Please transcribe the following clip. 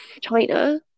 China